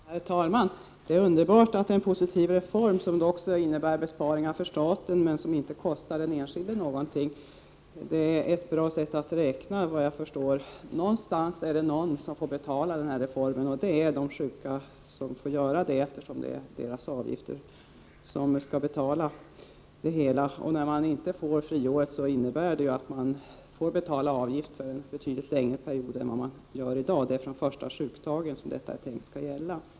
Herr talman! Det är underbart med en positiv reform som också innebär besparingar för staten men inte kostar den enskilde någonting. Såvitt jag förstår är detta ett bra sätt att räkna. Någonstans får någon betala denna reform. I detta fall är det de sjuka som får betala, eftersom det är deras avgifter som skall finansiera det hela. När friåret tas bort får man betala avgift för en betydligt längre period än man gör i dag. Det är tänkt att man nu skall betala fr.o.m. första sjukdagen.